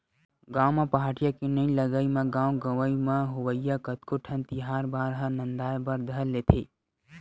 गाँव म पहाटिया के नइ लगई म गाँव गंवई म होवइया कतको ठन तिहार बार ह नंदाय बर धर लेथे